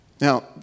Now